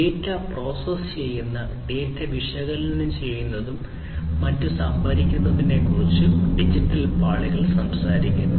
data process ചെയ്യുന്ന data വിശകലനം ചെയ്യുന്നതും മറ്റും സംഭരിക്കുന്നതിനെക്കുറിച്ച് ഡിജിറ്റൽ പാളികൾ സംസാരിക്കുന്നു